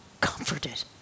comforted